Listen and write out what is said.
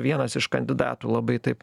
vienas iš kandidatų labai taip